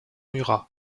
murat